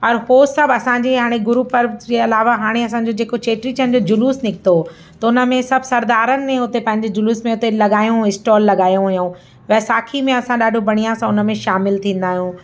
और उहो सभु असांजे हाणे गुरु पर्व जे अलावा हाणे असांजो जेको चेटी चंड जो जुलूस निकितो त उन में सभु सरदारनि ने हुते पंहिंजे जुलूस में हुते लॻायो स्टॉल लॻायो हुयो वैसाखी में असां ॾाढो बढ़िया सां हुन में शामिल थींदा आहियूं